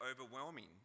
overwhelming